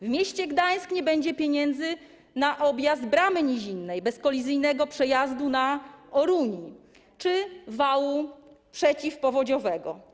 W mieście Gdańsk nie będzie pieniędzy na objazd Bramy Nizinnej, bezkolizyjny przejazd na Orunię czy wał przeciwpowodziowy.